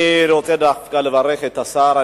אני רוצה לברך את השר.